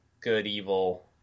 good-evil